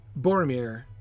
Boromir